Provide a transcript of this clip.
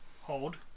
hold